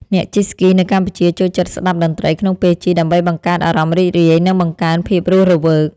អ្នកជិះស្គីនៅកម្ពុជាចូលចិត្តស្ដាប់តន្ត្រីក្នុងពេលជិះ ដើម្បីបង្កើតអារម្មណ៍រីករាយ និងបង្កើនភាពរស់រវើក។